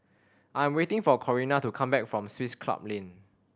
I am waiting for Corrina to come back from Swiss Club Lane